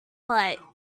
but